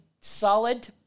solid